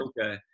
Okay